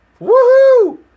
woohoo